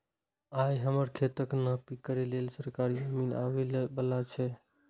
आइ हमर खेतक नापी करै लेल सरकारी अमीन आबै बला छै